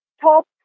top